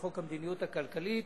לחוק המדיניות הכלכלית